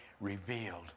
revealed